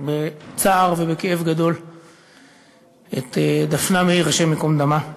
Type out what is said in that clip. בצער ובכאב גדול את דפנה מאיר, השם ייקום דמה.